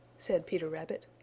said peter rabbit,